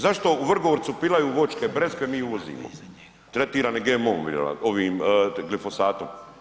Zašto u Vrgorcu pilaju voćke, breskve, mi uvozimo tretirane GMO-om, ovim, glifosatom.